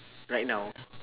right now